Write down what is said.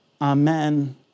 amen